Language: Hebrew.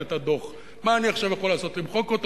את הדוח, מה אני יכול עכשיו לעשות, למחוק אותו?